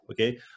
okay